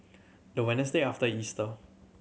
the Wednesday after Easter